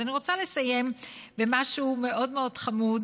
אז אני רוצה לסיים במשהו מאוד מאוד חמוד